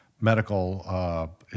medical